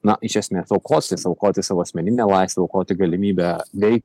na iš esmės aukotis aukoti savo asmeninę laisvę aukoti galimybę vei